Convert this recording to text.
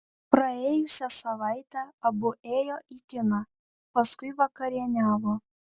praėjusią savaitę abu ėjo į kiną paskui vakarieniavo